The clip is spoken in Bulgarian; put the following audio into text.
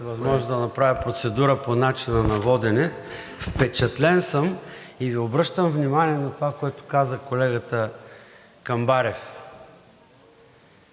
възможност да направя процедура по начина на водене. Впечатлен съм и Ви обръщам внимание на това, което каза колегата Камбарев.